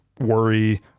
Worry